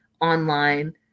online